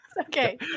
Okay